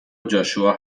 جاشوا